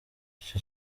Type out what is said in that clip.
ico